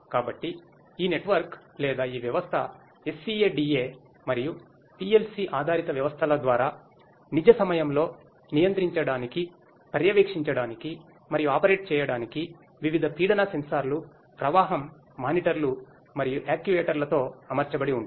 కాబట్టి ఈ నెట్వర్క్ లేదా ఈ వ్యవస్థ SCADA మరియు PLC ఆధారిత వ్యవస్థల ద్వారా నిజ సమయంలో నియంత్రించడానికి పర్యవేక్షించడానికి మరియు ఆపరేట్ చేయడానికి వివిధ పీడన సెన్సార్లు ప్రవాహం మానిటర్లు మరియు యాక్యుయేటర్లతో అమర్చబడి ఉంటుంది